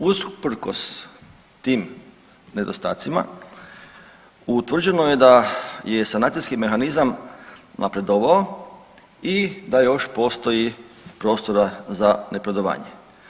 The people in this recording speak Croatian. Usprkos tim nedostacima, utvrđeno je da je sanacijski mehanizam napredovao i da još postoji prostora za napredovanje.